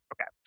Okay